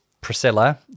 Priscilla